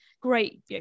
great